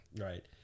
Right